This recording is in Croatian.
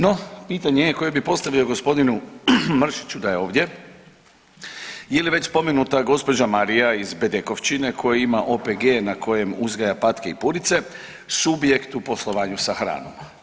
No, pitanje koje bi postavio g. Mršiću da je ovdje, je li sve spomenuta gospođa Marija iz Bedekovčine koja ima OPG na kojem uzgaja patke i purice subjekt u poslovanju sa hranom.